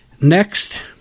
Next